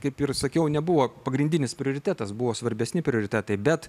kaip ir sakiau nebuvo pagrindinis prioritetas buvo svarbesni prioritetai bet